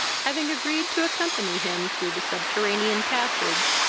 having agreed to accompany him through the subterranean passage,